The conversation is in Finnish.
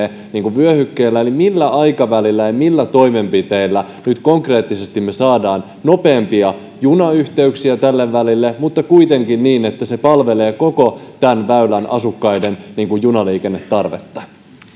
vyöhykkeellä eli millä aikavälillä ja millä toimenpiteillä nyt konkreettisesti me saamme nopeampia junayhteyksiä tälle välille mutta kuitenkin niin että se palvelee koko tämän väylän asukkaiden junaliikennetarvetta